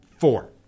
Four